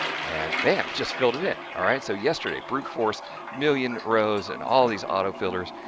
and bam, it just filled it in! alright, so yesterday brute-force million rows and all these auto filters,